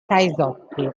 caisotti